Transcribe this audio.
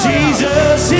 Jesus